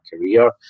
career